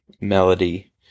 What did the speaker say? melody